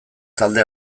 talde